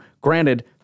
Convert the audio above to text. Granted